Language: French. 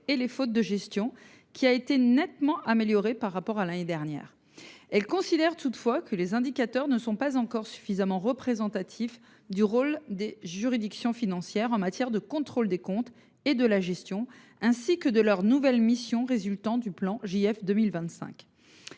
et les fautes de gestion »: il a été nettement amélioré par rapport à l’année dernière. Elle considère toutefois que les indicateurs ne sont pas encore suffisamment représentatifs du rôle des juridictions financières en matière de contrôle des comptes et de la gestion, ni de leurs nouvelles missions résultant du plan « JF 2025